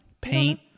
Paint